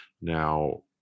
now